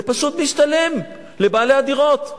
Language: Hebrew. זה פשוט משתלם לבעלי הדירות.